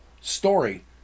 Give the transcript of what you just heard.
story